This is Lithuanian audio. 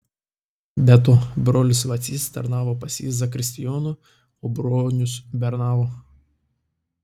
be to brolis vacys tarnavo pas jį zakristijonu o bronius bernavo